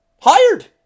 Hired